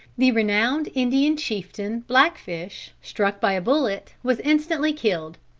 the renowned indian chieftain blackfish, struck by a bullet, was instantly killed.